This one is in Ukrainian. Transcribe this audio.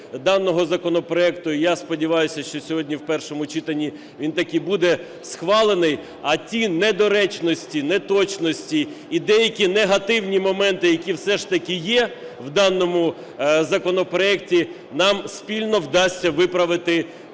даного законопроекту, і я сподіваюся, що сьогодні в першому читанні він таки буде схвалений. А ті недоречності, неточності і деякі негативні моменти, які все ж таки є в даному законопроекті, нам спільно вдасться виправити під